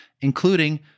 including